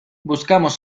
buscamos